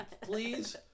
please